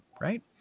right